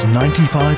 95